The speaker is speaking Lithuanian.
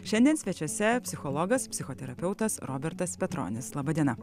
šiandien svečiuose psichologas psichoterapeutas robertas petronis laba diena